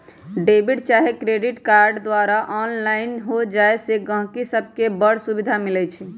debit चाहे credit card द्वारा online हो जाय से गहकि सभके बड़ सुभिधा मिलइ छै